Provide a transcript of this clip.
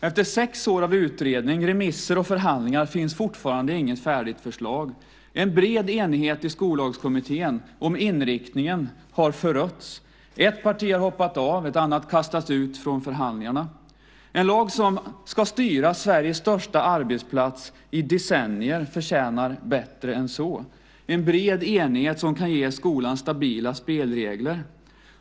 Efter sex år av utredning, remisser och förhandlingar finns fortfarande inget färdigt förslag. En bred enighet i Skollagskommittén om inriktningen har förötts. Ett parti har hoppat av, och ett annat har kastats ut från förhandlingarna. En lag som ska styra Sveriges största arbetsplats i decennier förtjänar bättre än så - en bred enighet som kan ge skolan stabila spelregler.